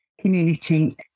community